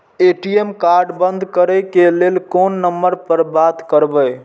ATM card बंद करे के लेल कोन नंबर पर बात करबे?